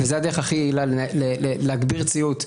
זו הדרך הכי יעילה להגביר ציות,